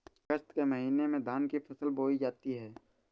अगस्त के महीने में धान की फसल बोई जाती हैं